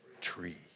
tree